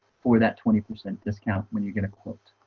for that twenty percent discount when you get a quote,